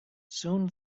soon